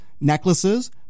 necklaces